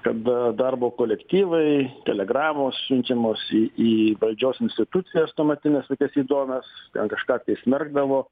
kada darbo kolektyvai telegramos siunčiamos į į valdžios institucijas tuometines tokias įdomias kažką tai smerkdavo